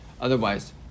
otherwise